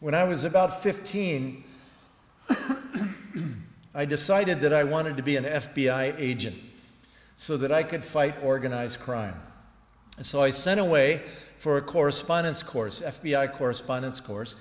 when i was about fifteen i decided that i wanted to be an f b i agent so that i could fight organized crime and so i sent away for a correspondence course f b i correspondence course